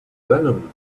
venom